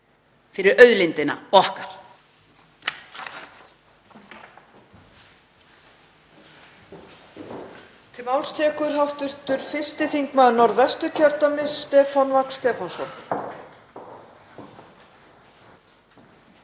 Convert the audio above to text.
fyrir auðlindina okkar.